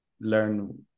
learn